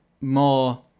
more